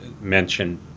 mention